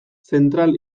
zentral